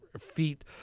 feet